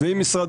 ב-IT ובמערכות